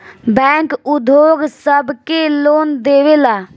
bank उद्योग सब के लोन देवेला